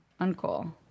Uncool